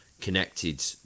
connected